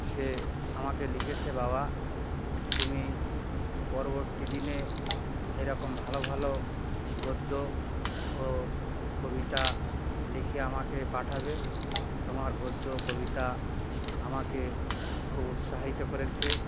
সে আমাকে লিখেছে বাবা তুমি পরবর্তী দিনে এরকম ভালো ভালো গদ্য ও কবিতা লিখে আমাকে পাঠাবে তোমার গদ্য কবিতা আমাকে খুব উৎসাহিত করেছে